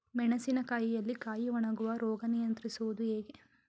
ಮೆಣಸಿನ ಕಾಯಿಯಲ್ಲಿ ಕಾಯಿ ಒಣಗುವ ರೋಗ ನಿಯಂತ್ರಿಸುವುದು ಹೇಗೆ?